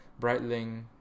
Breitling